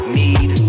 need